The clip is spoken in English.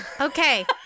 Okay